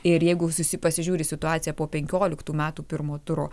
ir jeigu susi pasižiūri situaciją po penkioliktų metų pirmo turo